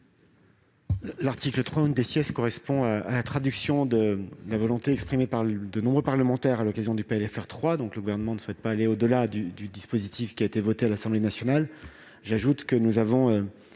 L'article 3 est la traduction de la volonté exprimée par de nombreux parlementaires à l'occasion du PLFR 3. Le Gouvernement ne souhaite pas aller au-delà du dispositif voté à l'Assemblée nationale. J'ajoute que nous avons,